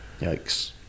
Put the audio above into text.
Yikes